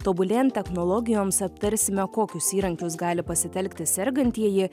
tobulėjant technologijoms aptarsime kokius įrankius gali pasitelkti sergantieji